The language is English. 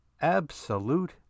Absolute